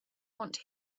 want